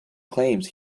claims